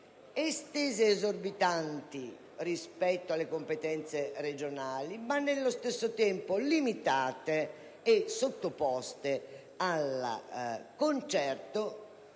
estese ed esorbitanti rispetto alle competenze regionali ma, nello stesso tempo, limitate e sottoposte al concerto